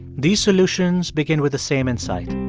these solutions begin with the same insight.